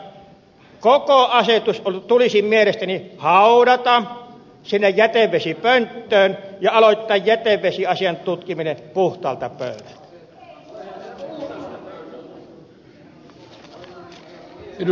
koko asetus tulisi mielestäni haudata sinne jätevesipönttöön ja aloittaa jätevesiasian tutkiminen puhtaalta pöydältä